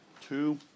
Two